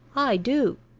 i do.